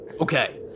Okay